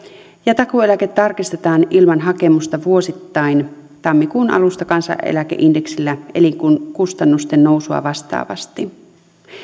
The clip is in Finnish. ja takuueläke tarkistetaan ilman hakemusta vuosittain tammikuun alusta kansaneläkeindeksillä eli kustannusten nousua vastaavasti